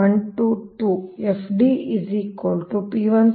ಆದ್ದರಿಂದ i 1 ರಿಂದ 2 ಆಗಿದೆ